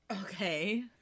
Okay